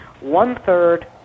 One-third